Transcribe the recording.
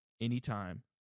anytime